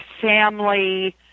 family